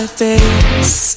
face